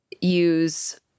use